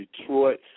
Detroit